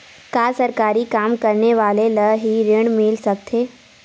का सरकारी काम करने वाले ल हि ऋण मिल सकथे?